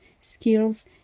skills